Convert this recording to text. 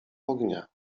ognia